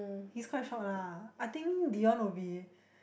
he's quite short lah I think Deon will be